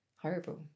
Horrible